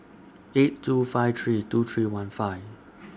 eight two five three two three one five